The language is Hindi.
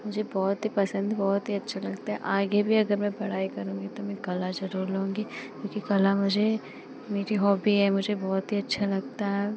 मुझे बहुत ही पसन्द है बहुत ही अच्छा लगता है आगे भी अगर मैं पढ़ाई करूँगी तो मैं कला ज़रूर लूँगी क्योंकि कला मुझे मेरी हॉबी है मुझे बहुत ही अच्छी लगती है